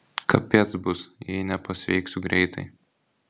kapėc bus jei nepasveiksiu greitai